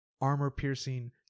Armor-piercing